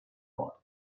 ort